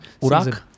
Urak